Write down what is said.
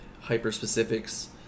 hyper-specifics